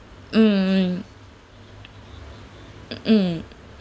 mm mm